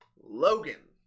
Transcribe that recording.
logan